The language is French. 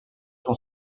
sont